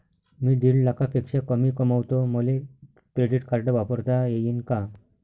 मी दीड लाखापेक्षा कमी कमवतो, मले क्रेडिट कार्ड वापरता येईन का?